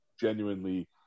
genuinely